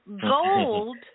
gold